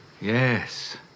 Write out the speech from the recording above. Yes